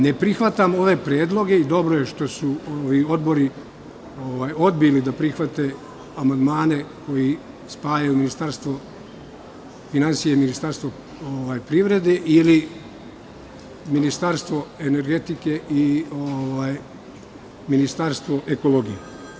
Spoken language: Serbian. Ne prihvatam ove predloge i dobro je što su odbori odbili da prihvate amandmane koji spajaju Ministarstvo finansija i Ministarstvo privrede ili Ministarstvo energetike i Ministarstvo ekologije.